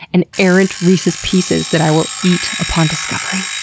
and errant reese's pieces that i will eat upon discovery.